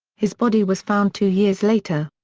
his body was found two years later.